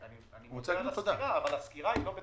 ועדת התכנון והבנייה שמתעסקת בתהליכי התכנון והבנייה.